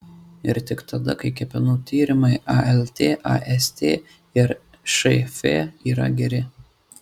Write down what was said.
ir tik tada kai kepenų tyrimai alt ast ir šf yra geri